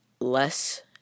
less